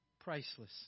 priceless